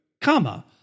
comma